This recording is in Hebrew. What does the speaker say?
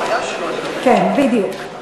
כן, בדיוק.